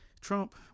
trump